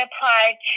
applied